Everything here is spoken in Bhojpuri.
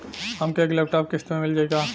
हमके एक लैपटॉप किस्त मे मिल जाई का?